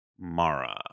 Mara